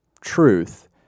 truth